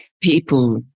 people